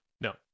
No